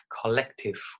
collective